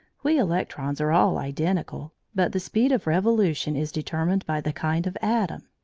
we electrons are all identical, but the speed of revolution is determined by the kind of atom.